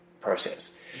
process